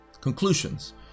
Conclusions